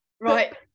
Right